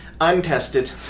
untested